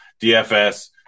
DFS